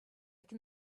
can